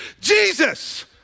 Jesus